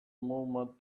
movement